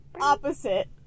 Opposite